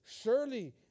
Surely